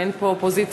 אין פה אופוזיציה,